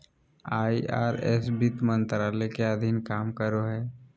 IRS वित्त मंत्रालय के अधीन काम करो हय